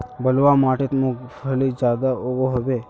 बलवाह माटित मूंगफली ज्यादा उगो होबे?